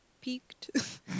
Peaked